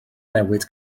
newid